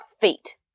feet